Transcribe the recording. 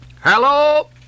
Hello